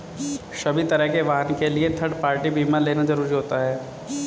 सभी तरह के वाहन के लिए थर्ड पार्टी बीमा लेना जरुरी होता है